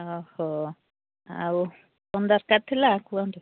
ଆଉ କ'ଣ ଦରକାର ଥିଲା କୁହନ୍ତୁ